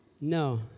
No